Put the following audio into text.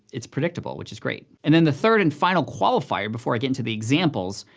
it's predictable, which is great. and then the third and final qualifier, before i get into the examples,